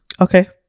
Okay